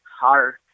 hard